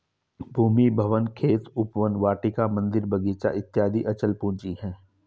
भूमि, भवन, खेत, उपवन, वाटिका, मन्दिर, बगीचा इत्यादि अचल पूंजी है